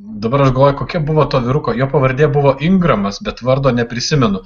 dabar aš galvoju kokia buvo to vyruko jo pavardė buvo ingramas bet vardo neprisimenu